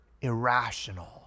Irrational